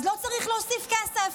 אז לא צריך להוסיף כסף,